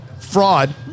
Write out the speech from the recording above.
fraud